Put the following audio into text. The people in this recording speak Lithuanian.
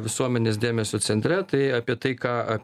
visuomenės dėmesio centre tai apie tai ką